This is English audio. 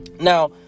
Now